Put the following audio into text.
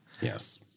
Yes